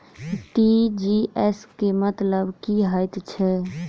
TGS केँ मतलब की हएत छै?